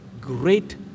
great